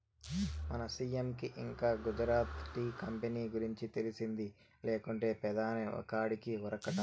మన సీ.ఎం కి ఇంకా గుజరాత్ టీ కంపెనీ గురించి తెలిసింది లేకుంటే పెదాని కాడికి ఉరకడా